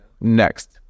next